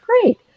great